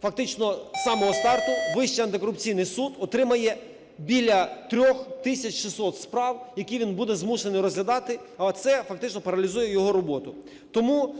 фактично самого старту Вищий антикорупційний суд отримає біля 3 тисяч 600 справ, які він буде змушений розглядати, а це фактично паралізує його роботу. Тому